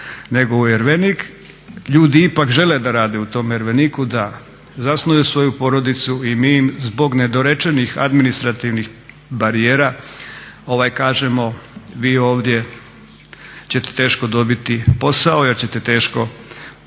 nego u Ervenik, ljudi ipak žele da rade u tom Erveniku, da zasnuju svoju obitelj i mi im zbog nedorečenih administrativnih barijera kažemo vi ovdje ćete teško dobiti posao jer ćete teško